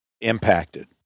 impacted